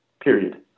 Period